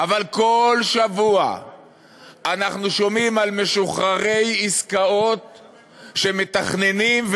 אבל כל שבוע אנחנו שומעים על משוחררי עסקאות שמתכננים,